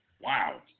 Wow